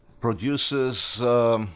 produces